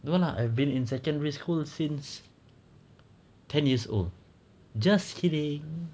no lah I've been in secondary school since ten years old just kidding